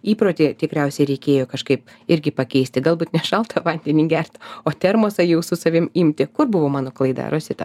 įprotį tikriausiai reikėjo kažkaip irgi pakeisti galbūt ne šaltą vandenį gerti o termosą jau su savimi imti kur buvo mano klaida rosita